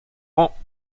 rangs